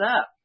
up